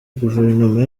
guverinoma